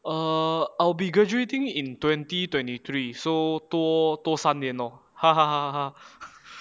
err I'll be graduating in twenty twenty three so so 多三年 lor 哈哈哈哈